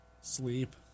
Sleep